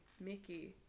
Mickey